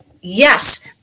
yes